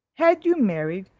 had you married,